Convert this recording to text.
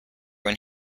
when